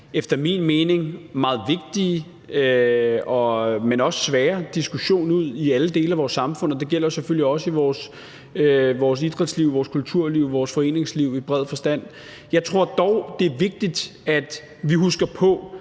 efter min mening meget vigtige, men også svære diskussion ud til alle dele af vores samfund. Det gælder selvfølgelig også vores idrætsliv, vores kulturliv, vores foreningsliv i bred forstand. Jeg tror dog, det er vigtigt, at vi husker på